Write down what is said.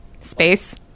Space